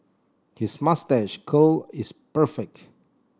his moustache curl is perfect